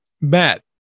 Matt